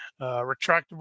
Retractable